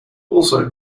also